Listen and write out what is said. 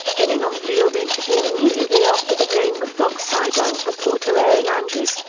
in an on-field interview immediately after the game with fox sideline reporter erin andrews,